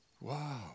Wow